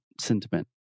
sentiment